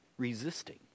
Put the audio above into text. resisting